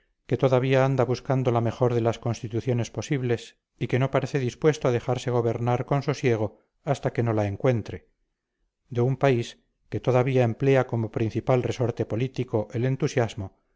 que todavía anda buscando la mejor de las constituciones posibles y que no parece dispuesto a dejarse gobernar con sosiego hasta que no la encuentre de un país que todavía emplea como principal resorte político el entusiasmo